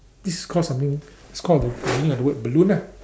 this is called something that's called the meaning of the word balloon ah